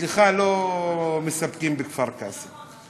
סליחה, לא מספקים בכפר-קאסם.